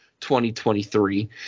2023